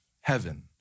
heaven